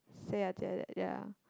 say until like that ya